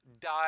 died